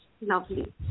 Lovely